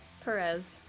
perez